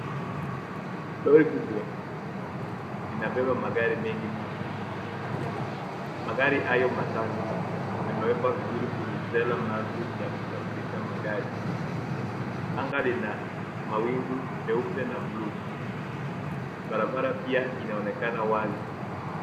Lori kubwa, linabeba magari mengi mapya. Magari hayo matano, yamewekwa vizuri kwenye trela maalum ya kusafirisha magari. Anga lina mawingu meupe na bluu. Barabara pia inaonekana wazi.